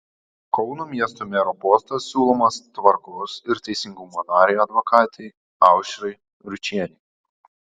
kauno miesto mero postas siūlomas tvarkos ir teisingumo narei advokatei aušrai ručienei